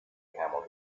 camel